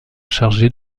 chargés